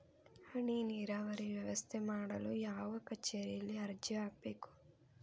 ಹನಿ ನೇರಾವರಿ ವ್ಯವಸ್ಥೆ ಮಾಡಲು ಯಾವ ಕಚೇರಿಯಲ್ಲಿ ಅರ್ಜಿ ಹಾಕಬೇಕು?